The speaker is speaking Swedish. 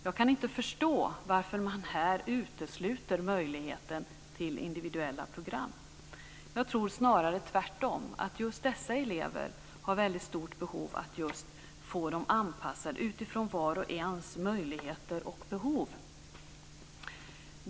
Jag kan inte förstå varför man här utesluter möjligheten till individuella program. Jag tror nämligen att just dessa elever har ett väldigt stort behov av att få dem anpassade utifrån var och ens möjligheter och behov.